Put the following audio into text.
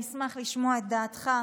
אני אשמח לשמוע את דעתך,